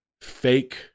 fake